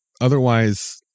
Otherwise